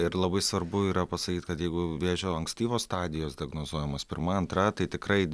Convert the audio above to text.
ir labai svarbu yra pasakyt kad jeigu vėžio ankstyvos stadijos diagnozuojamos pirma antra tai tikrai